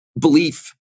belief